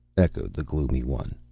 echoed the gloomy one.